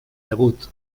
debut